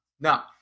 Now